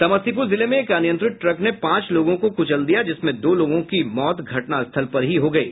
समस्तीपुर जिले में एक अनियंत्रित ट्रक ने पांच लोगों को कुचल दिया जिसमें दो लोगों की मौत घटना स्थल पर ही हो गयी